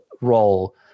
role